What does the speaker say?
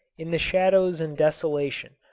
in the shadows and desolation,